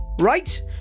Right